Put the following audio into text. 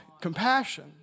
compassion